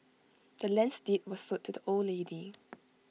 the land's deed was sold to the old lady